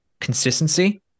consistency